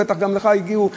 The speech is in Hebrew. בטח גם אליך הגיעו אנשים,